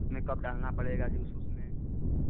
उसमें कब डालना पड़ेगा जूस उसमें